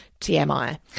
TMI